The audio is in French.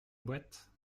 boîte